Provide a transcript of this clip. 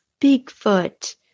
bigfoot